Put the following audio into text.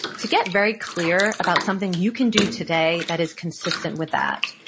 to get very clear about something you can do today that is consistent with that,